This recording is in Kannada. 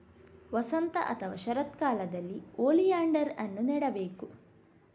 ವಸಂತ ಅಥವಾ ಶರತ್ಕಾಲದಲ್ಲಿ ಓಲಿಯಾಂಡರ್ ಅನ್ನು ನೆಡಬೇಕು